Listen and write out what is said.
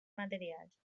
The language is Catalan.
materials